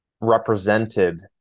represented